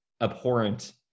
abhorrent